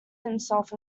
himself